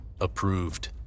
approved